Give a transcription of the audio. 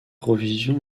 provisions